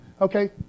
okay